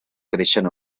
creixen